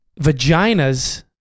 Vaginas